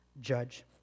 judge